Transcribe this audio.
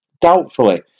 Doubtfully